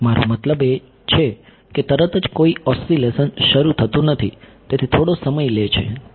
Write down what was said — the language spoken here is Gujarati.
મારો મતલબ છે કે તરત જ કોઈ ઓસિલેશન શરૂ થતું નથી તે થોડો સમય લે છે